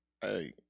hey